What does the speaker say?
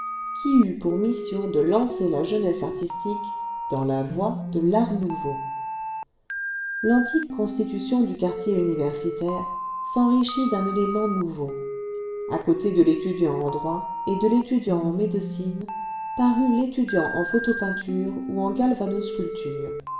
qui eut pour mission de lancer la jeunesse artistique dans la voie de l'art nouveau l'antique constitution du quartier universitaire s'enrichit d'un élément nouveau à côté de l'étudiant en droit et de l'étudiant en médecine parut i'étudiant en photopeinture ou en